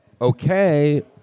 okay